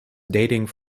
dating